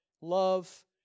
Love